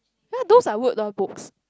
ye those are Roald-Dahl books